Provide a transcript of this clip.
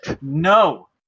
No